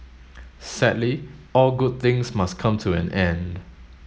sadly all good things must come to an end